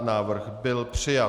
Návrh byl přijat.